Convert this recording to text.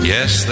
Yes